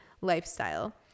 lifestyle